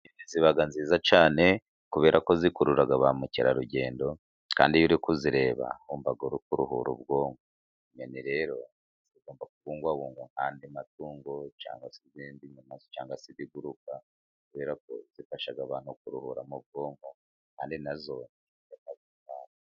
Inyoni ziba nziza cyane kubera ko zikurura ba mukerarugendo. Kandi iyo uri kuzireba wumva uri kuruhura ubwonko. Inyoni rero zigomba kubungwabungwa nk'andi matungo cyangwa se cyangwa se ibindi bintu cyangwa se ibiguruka kubera ko zifasha abantu kuruhura mu bwonko.